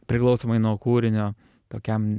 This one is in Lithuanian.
priklausomai nuo kūrinio tokiam